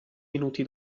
minuti